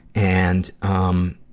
and, um,